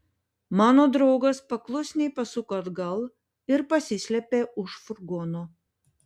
mano draugas paklusniai pasuko atgal ir pasislėpė už furgono